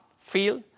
feel